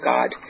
God